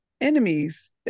enemies